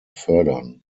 fördern